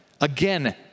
again